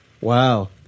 Wow